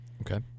Okay